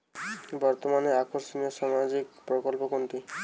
বর্তমানে আকর্ষনিয় সামাজিক প্রকল্প কোনটি?